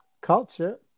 culture